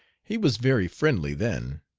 he was very friendly then,